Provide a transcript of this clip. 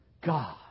God